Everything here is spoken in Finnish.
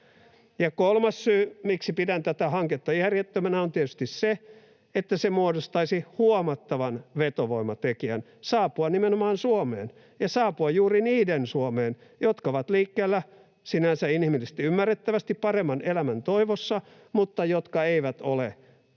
Ja kolmas syy, miksi pidän tätä hanketta järjettömänä, on tietysti se, että se muodostaisi huomattavan vetovoimatekijän saapua nimenomaan Suomeen ja juuri niiden henkilöiden saapua Suomeen, jotka ovat liikkeellä, sinänsä inhimillisesti ja ymmärrettävästi, paremman elämän toivossa, mutta jotka eivät ole